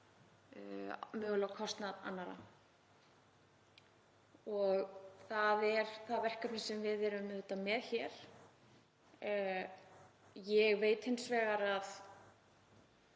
mögulega á kostnað annarra. Það er verkefnið sem við erum með hér. Ég veit hins vegar að